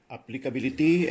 Applicability